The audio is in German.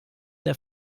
der